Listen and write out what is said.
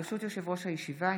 ברשות יושב-ראש הישיבה,